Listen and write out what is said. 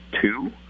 two